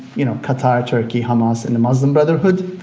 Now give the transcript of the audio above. you know, qatar, turkey, hamas, and the muslim brotherhood,